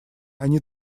они